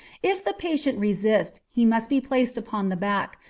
if the patient resist, he must be placed upon the back,